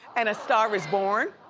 and a star is born,